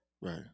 Right